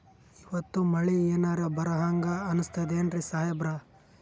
ಇವತ್ತ ಮಳಿ ಎನರೆ ಬರಹಂಗ ಅನಿಸ್ತದೆನ್ರಿ ಸಾಹೇಬರ?